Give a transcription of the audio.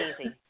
easy